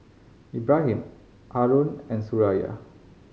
Ibrahim Haron and Suraya